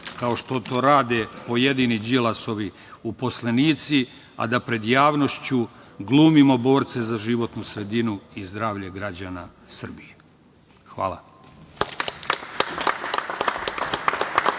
kao što to rade pojedini Đilasovi uposlenici, a da pred javnošću glumimo borce za životnu sredinu i zdravlje građana Srbije. Hvala.